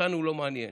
אותנו זה לא מעניין.